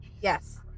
yes